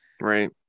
Right